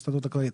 ההסתדרות הכללית.